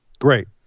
Great